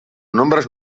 nombres